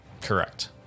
Correct